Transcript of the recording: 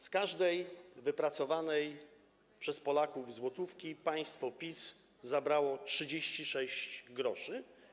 Z każdej wypracowanej przez Polaków złotówki państwo PiS zabrało 36 gr.